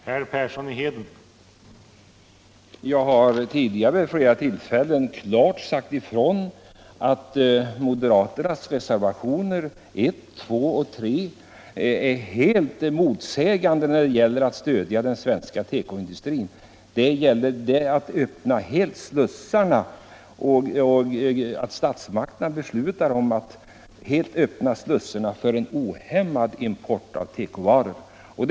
Herr talman! Jag har tidigare flera gånger klart sagt ifrån, att moderaternas reservationer nr 1, 2 och 3 är helt motstridande mot vår uppfattning när det gäller att stödja den svenska tekoindustrin. Reservanterna önskar ju att statsmakterna skall besluta att helt öppna slussarna för en ohämmad import av tekovaror.